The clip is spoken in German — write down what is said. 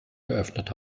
geöffnet